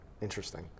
Interesting